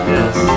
Yes